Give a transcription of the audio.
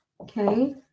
okay